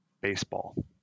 baseball